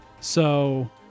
So-